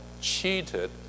cheated